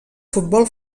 futbol